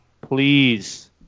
please